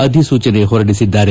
ಅಧಿಸೂಚನೆ ಹೊರಡಿಸಿದ್ದಾರೆ